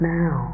now